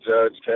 Judge